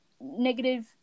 negative